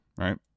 right